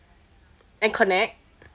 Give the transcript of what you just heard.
and connect